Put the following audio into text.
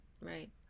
right